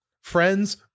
friends